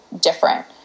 different